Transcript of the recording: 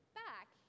back